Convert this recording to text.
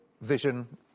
vision